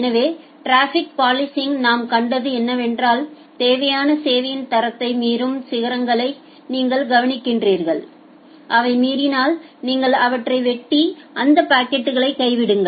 எனவே traffic policing நாம் கண்டது என்னவென்றால் தேவையான சேவையின் தரத்தை மீறும் சிகரங்களை நீங்கள் கவனிக்கிறீர்கள் அவை மீறினால் நீங்கள் அவற்றை வெட்டி அந்த பாக்கெட்களை கைவிடுங்கள்